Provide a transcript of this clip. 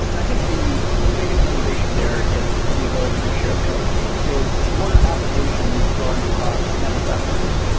i think the biggest motivation there is the ability to share code, because modern applications drawn across many platforms.